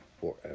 forever